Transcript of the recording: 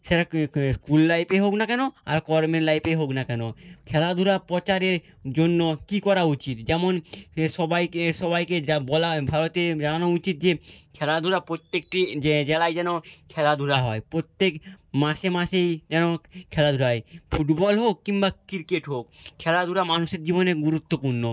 সেটা স্কুল লাইফে হোক না কেন আর কর্মের লাইফেই হোক না কেন খেলাধুলা প্রচারের জন্য কী করা উচিত যেমন সবাইকে সবাইকে যা বলার ভারতের জানানো উচিত যে খেলাধুলা প্রত্যেকটি জেলায় যেন খেলাধুলা হয় প্রত্যেক মাসে মাসেই যেন খেলাধুলা হয় ফুটবল হোক কিংবা ক্রিকেট হোক খেলাধুলা মানুষের জীবনে গুরুত্বপূর্ণ